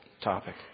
topic